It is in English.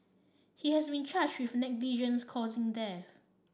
he has been charged with negligence causing death